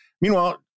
Meanwhile